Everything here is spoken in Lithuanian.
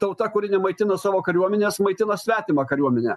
tauta kuri nemaitina savo kariuomenės maitina svetimą kariuomenę